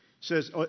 says